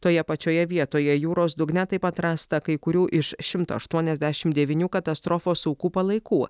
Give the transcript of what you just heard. toje pačioje vietoje jūros dugne taip pat rasta kai kurių iš šimto aštuoniasdešim devynių katastrofos aukų palaikų